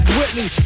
Whitney